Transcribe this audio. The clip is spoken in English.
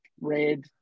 red